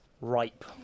ripe